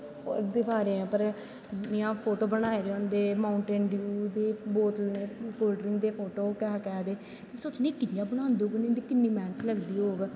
दिवारैं पर इयां फोटो बनाए दे होंदा माउंटेन डयू ते बोतलें दे फोटो कै कैं दे में सोचनी एह् कियां बनांदे होंगन किन्नी मैह्नत लगदी होग